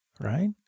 right